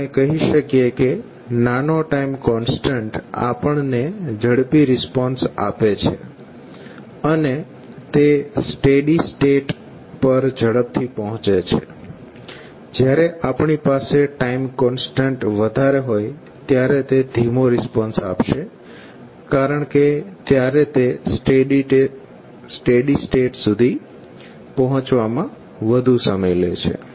તો આપણે કહી શકીએ કે નાનો ટાઈમ કોન્સ્ટન્ટ આપણને ઝડપી રિસ્પોન્સ આપે છે અને તે સ્ટેડી સ્ટેટ પર ઝડપથી પહોંચે છે જ્યારે આપણી પાસે ટાઈમ કોન્સ્ટન્ટ વધારે હોય ત્યારે તે ધીમો રિસ્પોન્સ આપશે કારણકે ત્યારે તે સ્ટેડી સ્ટેટ સુધી પહોંચવા માટે વધુ સમય લે છે